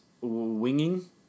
winging